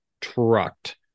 trucked